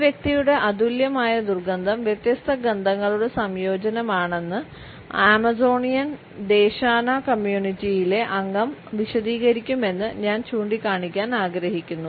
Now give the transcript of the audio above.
ഒരു വ്യക്തിയുടെ അതുല്യമായ ദുർഗന്ധം വ്യത്യസ്ത ഗന്ധങ്ങളുടെ സംയോജനമാണെന്ന് ആമസോണിയൻ ദേശാന കമ്മ്യൂണിറ്റിയിലെ അംഗം വിശദീകരിക്കുമെന്ന് ഞാൻ ചൂണ്ടിക്കാണിക്കാൻ ആഗ്രഹിക്കുന്നു